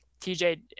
TJ